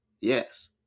Yes